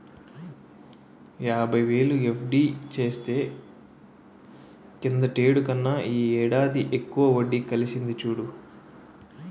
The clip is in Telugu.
యాబైవేలు ఎఫ్.డి చేస్తే కిందటేడు కన్నా ఈ ఏడాది ఎక్కువ వడ్డి కలిసింది చూడు